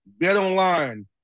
BetOnline